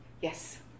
Yes